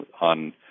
on